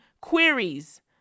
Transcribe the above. queries